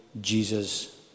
Jesus